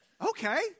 okay